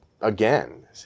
again